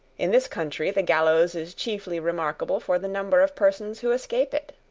in this country the gallows is chiefly remarkable for the number of persons who escape it.